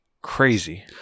crazy